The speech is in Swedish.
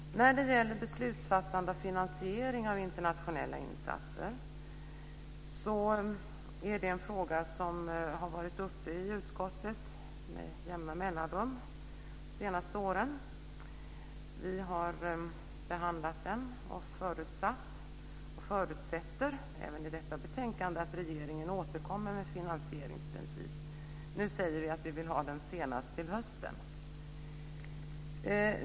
Beslutsfattande och finansiering av internationella insatser är en fråga som har varit uppe i utskottet med jämna mellanrum de senaste åren. Vi har behandlat den och förutsatt, och vi förutsätter även i detta betänkande, att regeringen återkommer med finansieringsprinciper. Nu säger vi att vi vill ha det senast till hösten.